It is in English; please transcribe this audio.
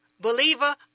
Believer